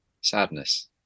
Sadness